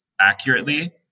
accurately